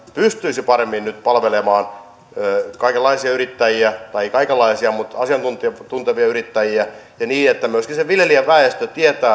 pystyisi nyt paremmin palvelemaan kaikenlaisia yrittäjiä tai ei kaikenlaisia mutta asiantuntevia yrittäjiä ja niin että myöskin se viljelijäväestö tietää